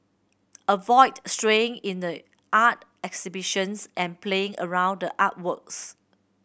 avoid straying into the art exhibitions and playing around the artworks